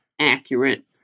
accurate